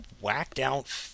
whacked-out